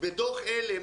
בדוח על"ם